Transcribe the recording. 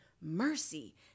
mercy